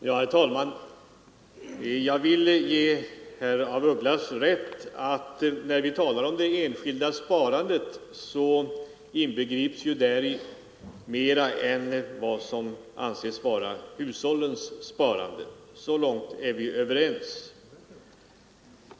Herr talman! Jag vill ge herr af Ugglas rätt i att när vi talar om det enskilda sparandet så inbegrips ju däri mer än vad som anses vara hushållssparande. Så långt är vi överens.